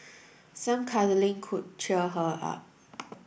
some cuddling could cheer her up